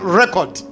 record